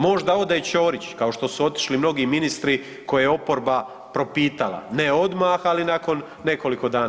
Možda ode Ćorić kao što su otišli mnogi ministri koje je oporba propitala ne odmah, ali nakon nekoliko dana.